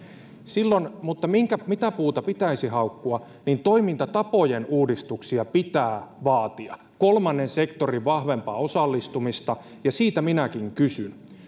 mutta mitä puuta pitäisi haukkua toimintatapojen uudistuksia pitää vaatia kolmannen sektorin vahvempaa osallistumista ja siitä minäkin kysyn